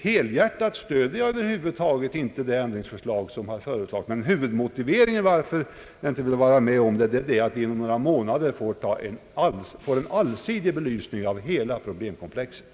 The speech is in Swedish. Helhjärtat stöder jag över huvud inte det ändringsförslag som har lagts fram, men huvudmotivet till att jag inte vill vara med om det är att vi inom några månader får en allsidig belysning av hela problemkomplexet.